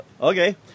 Okay